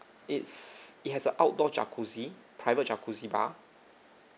it's it has a outdoor jacuzzi private jacuzzi bar